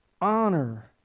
honor